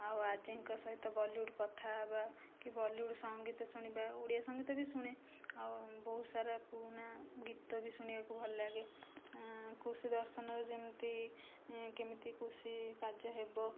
ଆଉ ଆର୍ଜେଙ୍କ ସହିତ ବଲିଉଡ୍ କଥା ହେବା କି ବଲିଉଡ୍ ସଙ୍ଗୀତ ଶୁଣିବା ଓଡ଼ିଆ ସଙ୍ଗୀତ ବି ଶୁଣେ ଆଉ ବହୁତ ସାରା ପୁରୁଣା ଗୀତ ବି ଶୁଣିବାକୁ ଭଲଲାଗେ କୃଷି ଦର୍ଶନରେ ଯେମିତି କେମିତି କୃଷି କାର୍ଯ୍ୟ ହେବ